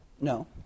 No